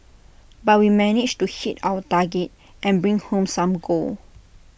but we managed to hit our target and bring home some gold